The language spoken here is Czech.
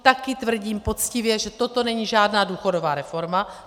Taky tvrdím poctivě, že toto není žádná důchodová reforma.